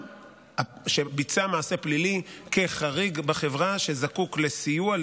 שביצע מעשה פלילי כחריג בחברה שזקוק לסיוע,